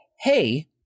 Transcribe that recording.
hey